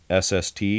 SST